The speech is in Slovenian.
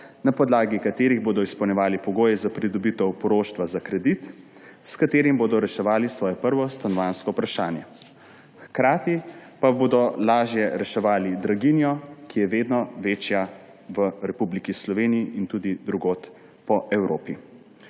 na podlagi katerih bodo izpolnjevali pogoje za pridobitev poroštva za kredit, s katerim bodo reševali svoje prvo stanovanjsko vprašanje, hkrati pa bodo lažje reševali draginjo, ki je vedno večja v Republiki Sloveniji in tudi drugod po Evropi.